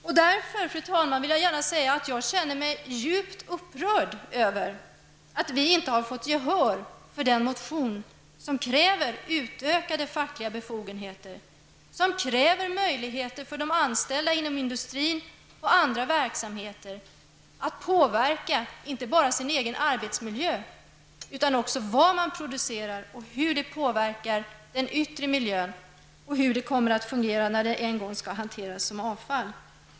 Mot den bakgrunden vill jag gärna säga, fru talman, att jag känner mig djupt upprörd över att vi inte har fått något gehör för den motion där det krävs utökade fackliga befogenheter, där det krävs möjligheter för de anställda inom industrin och andra verksamheter att påverka inte bara sin egen arbetsmiljö utan också vad som produceras, där det talas om hur detta påverkar den yttre miljön samt där det talas om hur det kommer att fungera när produkten en gång skall hanteras som avfall.